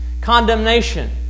Condemnation